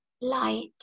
light